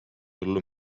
hullu